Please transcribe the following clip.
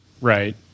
Right